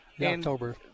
October